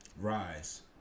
rise